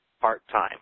part-time